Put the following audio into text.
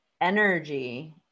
energy